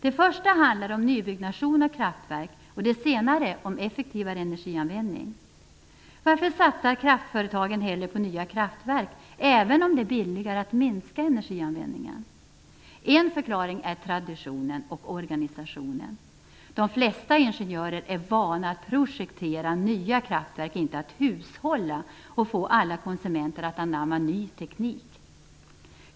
Det första handlar om nybyggnation av kraftverk, och det senare om effektivare energianvändning. Varför satsar kraftföretagen hellre på nya kraftverk, även om det är billigare att minska energianvändningen? En förklaring är traditionen och organisationen. De flesta ingenjörer är vana att projektera nya kraftverk, inte att hushålla och få konsumenterna att anamma ny teknik.